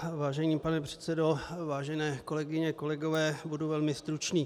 Vážený pane předsedo, vážené kolegyně, kolegové, budu velmi stručný.